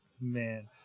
Man